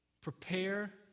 Prepare